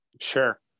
Sure